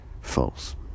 false